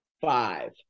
five